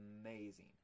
amazing